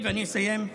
אני אסיים.